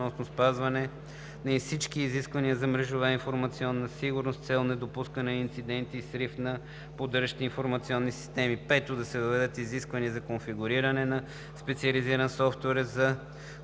5. Да се въведат изисквания за конфигуриране на специализиран софтуер за